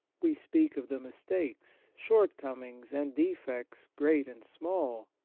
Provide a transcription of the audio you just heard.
we speak of the mistakes, shortcomings, and defects, great and small,